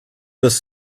this